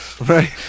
Right